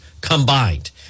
combined